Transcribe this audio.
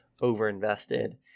over-invested